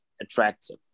attractive